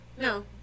No